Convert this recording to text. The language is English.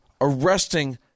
arresting